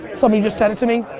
somebody just said it to me,